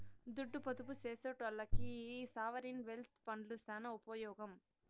దుడ్డు పొదుపు సేసెటోల్లకి ఈ సావరీన్ వెల్త్ ఫండ్లు సాన ఉపమోగం